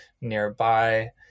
nearby